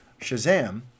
Shazam